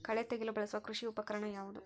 ಕಳೆ ತೆಗೆಯಲು ಬಳಸುವ ಕೃಷಿ ಉಪಕರಣ ಯಾವುದು?